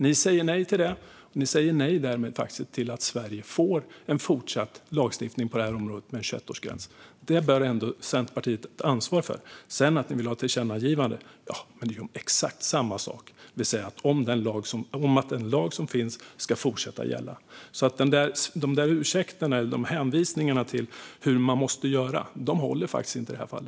Ni säger nej till detta, och ni säger därmed nej till att Sverige får en fortsatt lagstiftning på detta område, med en 21-årsgräns. Det bör ändå Centerpartiet ta ansvar för. Ni vill ha ett tillkännagivande, men det är om exakt samma sak: den lag som finns ska fortsätta gälla. De där ursäkterna eller hänvisningarna till hur man måste göra håller faktiskt inte i detta fall.